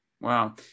Wow